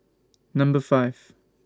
Number five